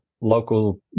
local